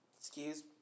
Excuse